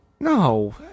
No